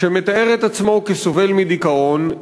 שמתאר את עצמו כסובל מדיכאון.